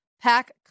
pack